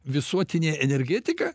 visuotinė energetika